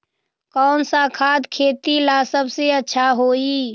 कौन सा खाद खेती ला सबसे अच्छा होई?